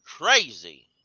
crazy